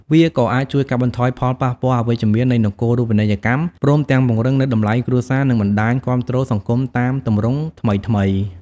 វាក៏អាចជួយកាត់បន្ថយផលប៉ះពាល់អវិជ្ជមាននៃនគរូបនីយកម្ម ព្រមទាំងពង្រឹងនូវតម្លៃគ្រួសារ និងបណ្ដាញគាំទ្រសង្គមតាមទម្រង់ថ្មីៗ។